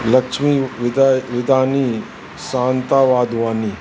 Lakshmi Vida Vidani Shanta Wadhwani